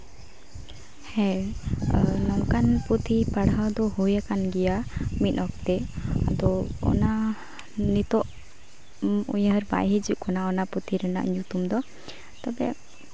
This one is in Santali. ᱦᱮᱸ ᱱᱚᱝᱠᱟᱱ ᱯᱩᱛᱷᱤ ᱯᱟᱲᱦᱟᱣ ᱫᱚ ᱦᱩᱭᱟᱠᱟᱱ ᱜᱮᱭᱟ ᱢᱤᱫ ᱚᱠᱛᱮ ᱟᱫᱚ ᱚᱱᱟ ᱱᱤᱛᱚᱜ ᱩᱭᱦᱟᱹᱨ ᱵᱟᱭ ᱦᱤᱡᱩᱜ ᱠᱟᱱᱟ ᱚᱱᱟ ᱯᱩᱛᱷᱤ ᱨᱮᱱᱟᱜ ᱧᱩᱛᱩᱢ ᱫᱚ ᱛᱚᱵᱮ